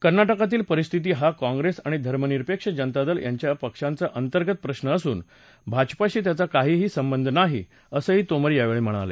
कर्नाटकातील परिस्थिती हा काँग्रेस आणि धर्मनिरपेक्ष जनता दल यापक्षांचा अंतर्गत प्रश्न असून भाजपाशी याचा काही संबंध नाही असंही तोमर यावेळी म्हणाले